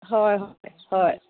হয় হয় হয়